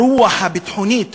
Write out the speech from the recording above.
הרוח הביטחונית,